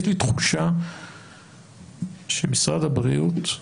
יש לי תחושה שמשרד הבריאות,